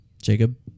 Jacob